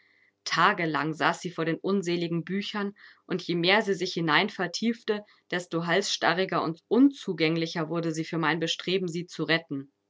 tagelang saß sie vor den unseligen büchern und je mehr sie sich hinein vertiefte desto halsstarriger und unzugänglicher wurde sie für mein bestreben sie zu retten